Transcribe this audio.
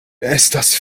estas